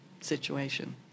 situation